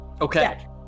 Okay